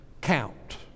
count